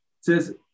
says